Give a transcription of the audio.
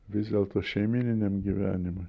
vis dėlto šeimyniniam gyvenimui